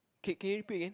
can can you repeat again